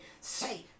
Say